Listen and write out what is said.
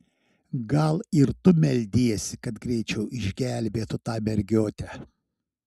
gal ir tu meldiesi kad greičiau išgelbėtų tą mergiotę